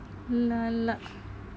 lah lah